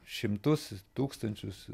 šimtus tūkstančius